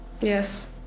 Yes